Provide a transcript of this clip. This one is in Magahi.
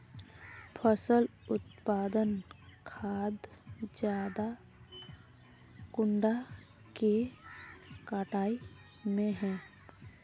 फसल उत्पादन खाद ज्यादा कुंडा के कटाई में है?